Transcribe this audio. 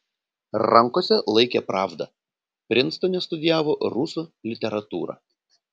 rankose laikė pravdą prinstone studijavo rusų literatūrą